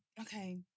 okay